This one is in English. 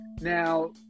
Now